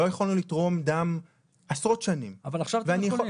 לא יכולנו לתרום דם עשרות שנים -- אבל עכשיו אתם יכולים.